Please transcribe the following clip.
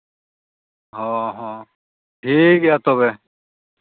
ᱦᱮᱸ ᱦᱮᱸ ᱴᱷᱤᱠ ᱜᱮᱭᱟ ᱛᱚᱵᱮ